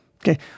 Okay